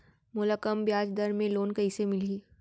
मोला कम ब्याजदर में लोन कइसे मिलही?